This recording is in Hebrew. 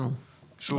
שוב,